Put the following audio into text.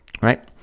right